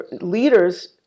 leaders